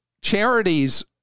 charities